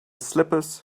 slippers